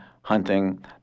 hunting